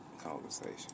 conversation